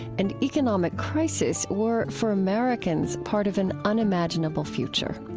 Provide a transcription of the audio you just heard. and economic crisis were, for americans, part of an unimaginable future.